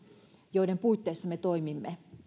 joiden puitteissa me toimimme